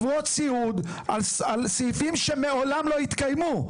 לחברות סיעוד על סעיפים שמעולם לא התקיימו.